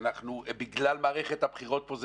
בגלל מערכת הבחירות פה,